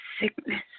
sickness